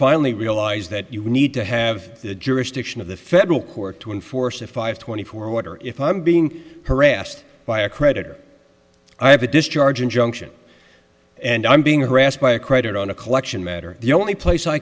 finally realized that you need to have the jurisdiction of the federal court to enforce a five twenty four water if i'm being harassed by a creditor i have a discharge injunction and i'm being harassed by a credit on a collection matter the only place i